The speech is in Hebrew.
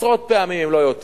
עשרות פעמים, אם לא יותר,